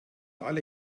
alle